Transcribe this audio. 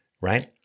Right